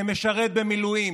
שמשרת במילואים,